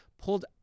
pulled